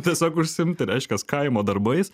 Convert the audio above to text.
tiesiog užsiimti reiškias kaimo darbais